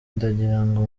ndagirango